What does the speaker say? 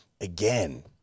again